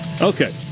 Okay